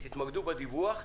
תתמקדו לדיווח.